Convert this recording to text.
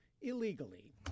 illegally